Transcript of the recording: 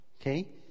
Okay